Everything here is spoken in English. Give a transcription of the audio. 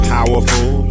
Powerful